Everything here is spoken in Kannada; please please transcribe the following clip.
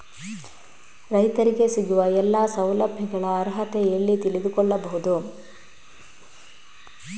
ರೈತರಿಗೆ ಸಿಗುವ ಎಲ್ಲಾ ಸೌಲಭ್ಯಗಳ ಅರ್ಹತೆ ಎಲ್ಲಿ ತಿಳಿದುಕೊಳ್ಳಬಹುದು?